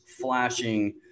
flashing